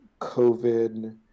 COVID